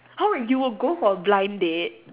!huh! wait you will go for blind date